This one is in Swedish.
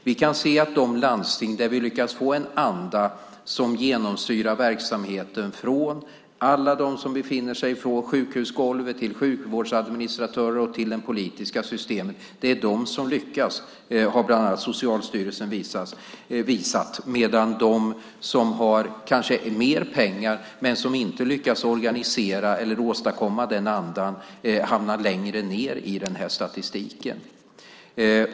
Vi kan se att de landsting där vi lyckas få en anda som genomsyrar verksamheten från alla dem som befinner sig på sjukhusgolvet till sjukvårdsadministratörer och till det politiska systemet är de som lyckas - det har bland annat Socialstyrelsen visat - medan de som kanske har mer pengar men som inte lyckas organisera eller åstadkomma den andan hamnar längre ned i den här statistiken.